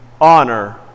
Honor